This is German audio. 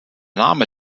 name